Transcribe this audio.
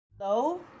Hello